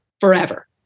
forever